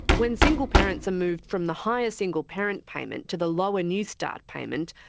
when single parents are moved from the higher single parent payment to the lower newstart payment,